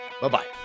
Bye-bye